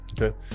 Okay